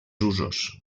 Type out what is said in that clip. usos